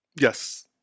Yes